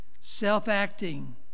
self-acting